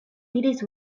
diris